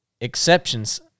exceptions